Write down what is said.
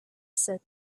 said